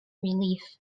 relief